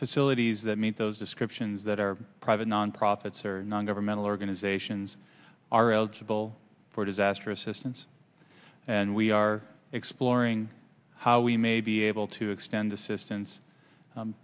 facilities that meet those descriptions that are private non profits or non governmental organizations are eligible for disaster assistance and we are exploring how we may be able to extend assistance